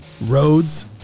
roads